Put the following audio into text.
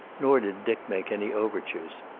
nor did dick make any overtures.